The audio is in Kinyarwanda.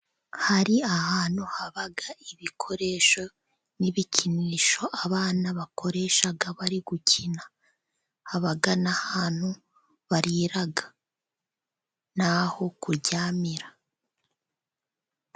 Hari ahantu haba ibikoresho n'ibikinisho abana bakoreshaga bari gukina. Haba n'ahantu mbarira naho kuryamira.